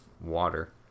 water